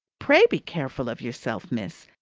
pray be careful of yourself, miss.